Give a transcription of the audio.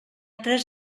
tres